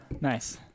Nice